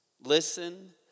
Listen